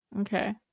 Okay